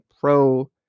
pro